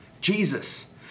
Jesus